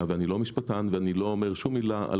ואני לא משפטן ולא אומר שום מילה על